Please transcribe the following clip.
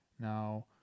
now